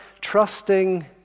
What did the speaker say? trusting